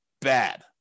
Bad